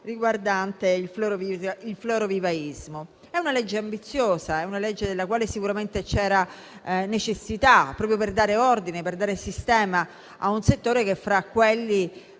riguardante il florovivaismo. È una legge ambiziosa, della quale sicuramente c'era necessità, proprio per dare ordine e sistema a un settore produttivo